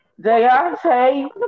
Deontay